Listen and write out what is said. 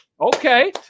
Okay